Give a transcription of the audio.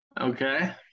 Okay